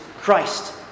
Christ